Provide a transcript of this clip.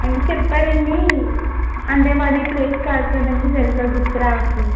అంటే చెప్పారండి అంటే మాది ఈ ప్లేస్ కాదు కదండి సరిగ్గా గుర్తురావటం లేదు